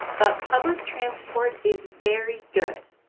but public transport is very good.